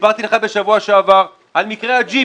סיפרתי לך בשבוע שעבר אדוני על מקרה הג'יפ